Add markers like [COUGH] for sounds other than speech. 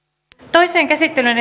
toiseen käsittelyyn [UNINTELLIGIBLE]